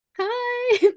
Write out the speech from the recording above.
Hi